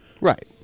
right